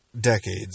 decades